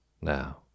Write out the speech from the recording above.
Now